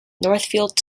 northfield